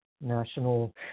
national